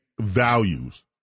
values